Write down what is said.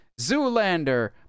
Zoolander